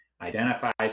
identifies